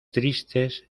tristes